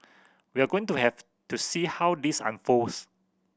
we're going to have to see how this unfolds